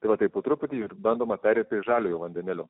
tai va taip po truputį ir bandoma pereiti prie žaliojo vandenilio